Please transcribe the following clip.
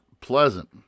pleasant